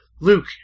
Luke